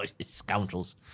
scoundrels